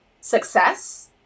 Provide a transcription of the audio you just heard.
success